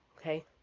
Okay